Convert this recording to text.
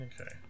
Okay